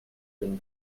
than